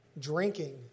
drinking